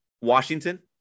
Washington